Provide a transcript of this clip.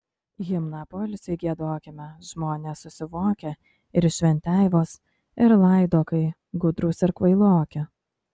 himną poilsiui giedokime žmonės susivokę ir šventeivos ir laidokai gudrūs ir kvailoki